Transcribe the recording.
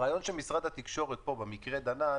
הרעיון של משרד התקשורת במקרה דנן